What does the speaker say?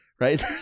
Right